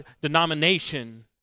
denomination